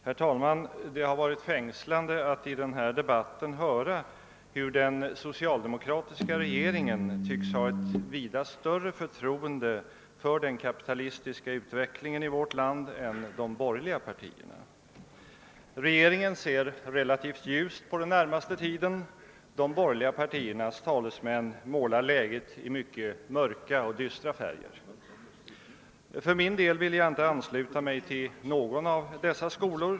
Herr talman! Det har varit fängslande att i den här debatten höra hur den suocialdemokratiska regeringen tycks ha ett vida större förtroende för den kapitalistiska utvecklingen i vårt land än de borgerliga partierna. Regeringen ser relativt ljust på den närmaste tiden, de borgerliga partiernas talesmän målar läget i mycket mörka och dystra färger. För min del vill jag inte ansluta mig till någon av dessa skolor.